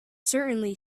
certainly